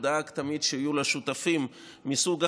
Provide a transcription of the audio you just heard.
הוא דאג תמיד שיהיו לו שותפים מסוג אחר,